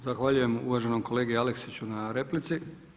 Zahvaljujem uvaženom kolegi Aleksiću na replici.